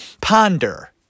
Ponder